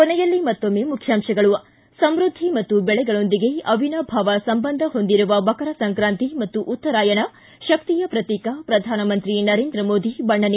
ಕೊನೆಯಲ್ಲಿ ಮತ್ತೊಮ್ಮೆ ಮುಖ್ಯಾಂಶಗಳು ಿ ಸಮೃದ್ದಿ ಮತ್ತು ಬೆಳೆಗಳೊಂದಿಗೆ ಅವಿನಾಭಾವ ಸಂಬಂಧ ಹೊಂದಿರುವ ಮಕರ ಸಂಕ್ರಾಂತಿ ಮತ್ತು ಉತ್ತರಾಯಣ ಶಕ್ತಿಯ ಪ್ರತೀಕ ಪ್ರಧಾನಮಂತ್ರಿ ನರೇಂದ್ರ ಮೋದಿ ಬಣ್ಣನೆ